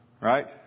Right